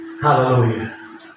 Hallelujah